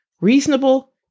reasonable